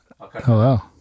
Hello